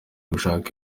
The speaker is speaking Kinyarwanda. gushaka